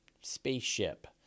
spaceship